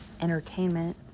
entertainment